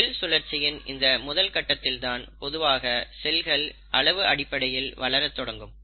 செல் சுழற்சியின் இந்த முதல் கட்டத்தில் தான் பொதுவாக செல்கள் அளவு அடிப்படையில் வளர தொடங்கும்